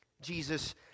Jesus